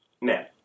Now